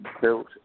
built